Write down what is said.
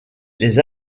les